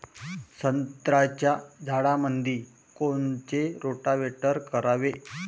संत्र्याच्या झाडामंदी कोनचे रोटावेटर करावे?